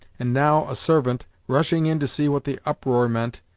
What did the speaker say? and now a servant, rushing in to see what the uproar meant,